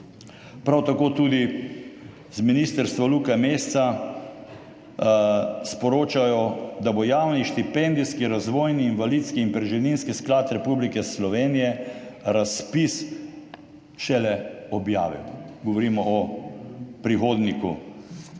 Prav tako tudi z ministrstva Luke Mesca sporočajo, da bo Javni štipendijski, razvojni, invalidski in preživninski sklad Republike Slovenije razpis šele objavil. Govorimo o prihodnjiku.